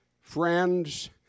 friends